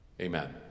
Amen